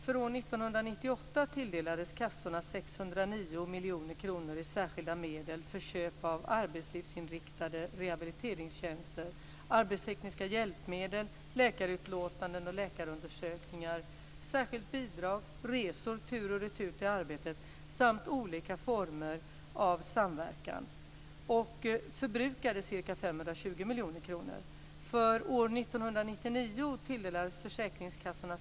För år 1998 tilldelades kassorna 609 miljoner kronor i särskilda medel för köp av arbetslivsinriktade rehabiliteringstjänster, arbetstekniska hjälpmedel, läkarutlåtanden och läkarundersökningar, särskilt bidrag, resor tur och retur till arbetet samt olika former av samverkan - och förbrukade ca 520 miljoner kronor.